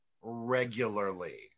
regularly